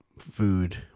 food